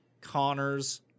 Connors